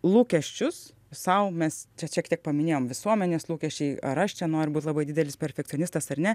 lūkesčius sau mes čia šiek tiek paminėjom visuomenės lūkesčiai ar aš čia noriu būt labai didelis perfekcionistas ar ne